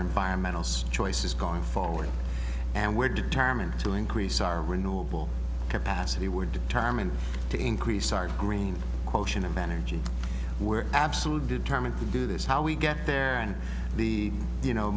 environmental stresses going forward and we're determined to increase our renewable capacity we're determined to increase our green quotient of energy we're absolutely determined to do this how we get there and you know